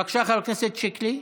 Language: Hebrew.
בבקשה, חבר הכנסת שיקלי,